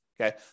Okay